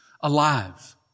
Alive